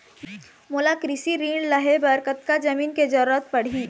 मोला कृषि ऋण लहे बर कतका जमीन के जरूरत पड़ही?